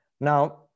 Now